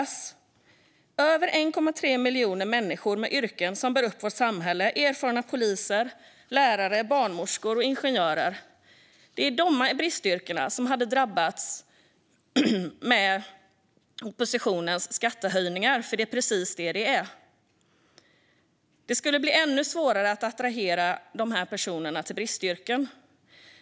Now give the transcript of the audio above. Det är över 1,3 miljoner människor med yrken som bär upp vårt samhälle - erfarna poliser, lärare, barnmorskor och ingenjörer. Det är de med dessa bristyrken som skulle drabbas av oppositionens skattehöjningar, för det är precis vad det är. Det skulle bli ännu svårare att attrahera personer till dessa bristyrken.